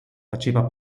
faceva